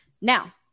Now